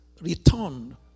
returned